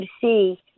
see